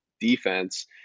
defense